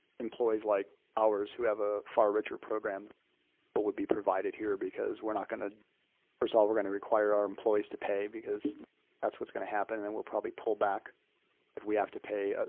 employees like ours who have a far richer program but would be provided here because we're not going to first of all, we're going to require our employees to pay because that's what's going to happen. then we'll probably pull back if we have to pay. ah